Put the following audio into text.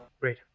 Great